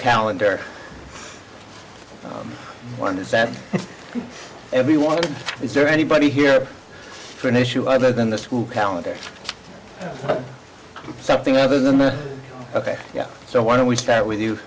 calendar one is that everyone is there anybody here for an issue other than the school calendar something other than ok so why don't we start with you